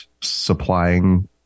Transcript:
supplying